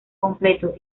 completo